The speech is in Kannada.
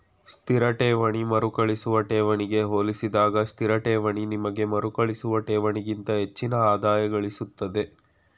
ಸ್ಥಿರ ಠೇವಣಿ ಮರುಕಳಿಸುವ ಠೇವಣಿಗೆ ಹೋಲಿಸಿದಾಗ ಸ್ಥಿರಠೇವಣಿ ನಿಮ್ಗೆ ಮರುಕಳಿಸುವ ಠೇವಣಿಗಿಂತ ಹೆಚ್ಚಿನ ಆದಾಯಗಳಿಸುತ್ತೆ